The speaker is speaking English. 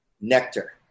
nectar